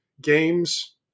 games